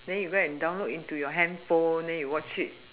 then you go and download into your handphone then you watch it